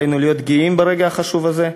עלינו להיות גאים ברגע החשוב הזה.